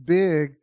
big